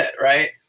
right